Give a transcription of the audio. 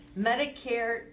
Medicare